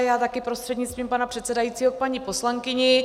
Já také prostřednictvím pana předsedajícího k paní poslankyni.